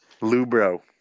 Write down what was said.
Lubro